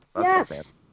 Yes